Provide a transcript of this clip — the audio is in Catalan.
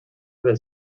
del